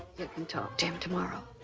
can talk to him tomorrow.